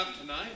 tonight